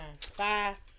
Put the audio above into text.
Five